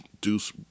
Deuce